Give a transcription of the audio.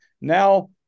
now